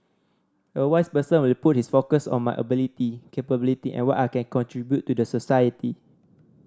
a wise person will put his focus on my ability capability and what I can contribute to the society